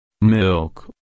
Milk